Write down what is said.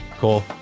Cool